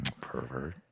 pervert